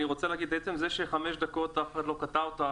אני רוצה לומר שעצם זה שחמש דקות אף אחד לא קטע אותך,